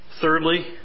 Thirdly